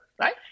right